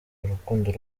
urukundo